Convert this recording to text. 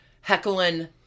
heckling